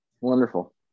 wonderful